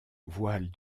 voile